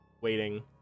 waiting